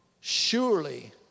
Surely